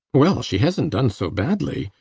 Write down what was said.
well, she hasnt done so badly.